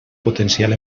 potencial